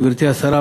גברתי השרה,